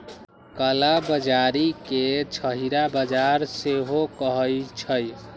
कला बजारी के छहिरा बजार सेहो कहइ छइ